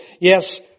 Yes